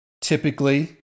Typically